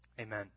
Amen